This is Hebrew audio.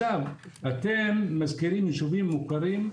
אתם מזכירים יישובים מוכרים,